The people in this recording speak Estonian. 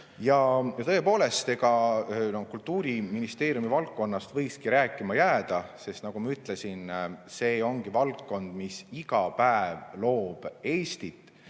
Ja tõepoolest, Kultuuriministeeriumi valdkonnast võikski rääkima jääda, sest nagu ma ütlesin, see on valdkond, mis iga päev loob Eestit,